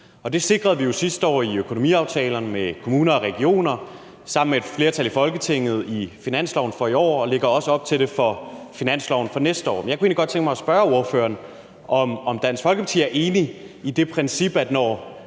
Det sikrede vi jo sidste år i økonomiaftalerne med kommuner og regioner sammen med et flertal i Folketinget i finansloven for i år, og vi lægger også op til det med finansloven for næste år. Og jeg kunne egentlig godt tænke mig at spørge ordføreren, om Dansk Folkeparti er enig i det princip, at når